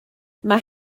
mae